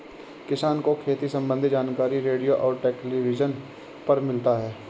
किसान को खेती सम्बन्धी जानकारी रेडियो और टेलीविज़न पर मिलता है